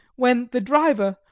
when the driver,